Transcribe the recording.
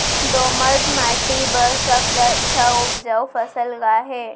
दोमट माटी बर सबले अच्छा अऊ उपजाऊ फसल का हे?